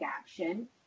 action